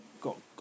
got